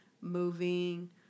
moving